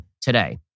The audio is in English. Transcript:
today